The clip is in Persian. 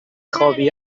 خوابی